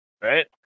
Right